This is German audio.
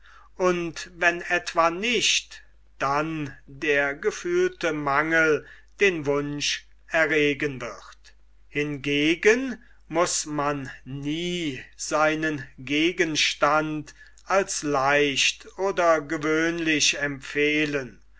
und wenn etwa nicht dann der gefühlte mangel den wunsch erregen wird hingegen muß man nie seinen gegenstand als leicht oder gewöhnlich empfehlen